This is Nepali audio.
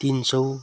तिन सय